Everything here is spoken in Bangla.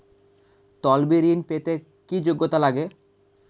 তলবি ঋন পেতে কি যোগ্যতা লাগে?